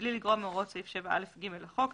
מבלי לגרוע מהוראות סעיף 7א(ג) לחוק,